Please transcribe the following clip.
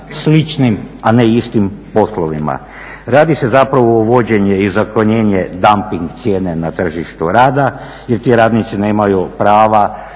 sličnim a ne istim poslovima. Radi se zapravo o vođenje i zakonjenje dumping cijene na tržištu rada jer ti radnici nemaju prava,